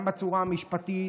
גם בצורה המשפטית,